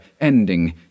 ending